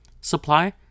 supply